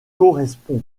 correspond